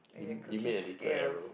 and your cooking skills